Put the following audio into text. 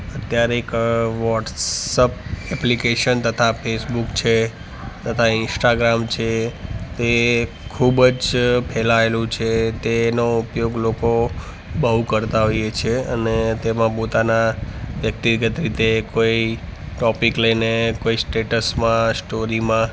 અત્યારે એક WhatsApp application તથા ફેસબૂક છે તથા ઇન્સ્ટાગ્રામ છે તે ખૂબ જ ફેલાયેલું છે તેનો ઉપયોગ લોકો બહુ કરતા હોઈએ છે અને તેમાં પોતાના વ્યક્તિગત રીતે કોઈ ટૉપિક લઈને કોઈ સ્ટેટસમાં સ્ટોરીમાં